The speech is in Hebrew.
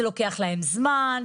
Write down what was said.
זה לוקח להם זמן,